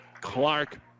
Clark